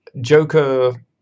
Joker